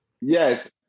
Yes